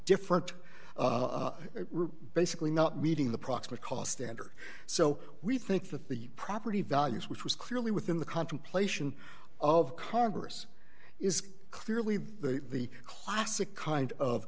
different basically not meeting the proximate cause standard so we think that the property values which was clearly within the contemplation of congress is clearly the classic kind of